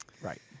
Right